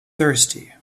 thirsty